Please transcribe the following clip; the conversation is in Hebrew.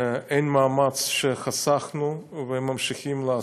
אין מאמץ שחסכנו, וממשיכים לעשות.